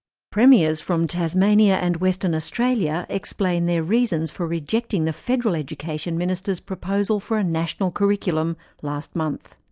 premiers from tasmania and western australia explain their reasons for rejecting the federal education minister's proposal for a national curriculum last month.